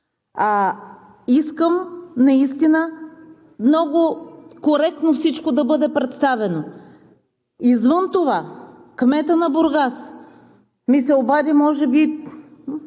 – искам наистина много коректно всичко да бъде представено. Извън това кметът на Бургас ми се обади – може би